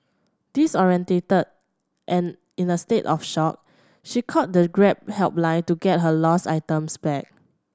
disoriented and in a state of shock she called the Grab helpline to get her lost items back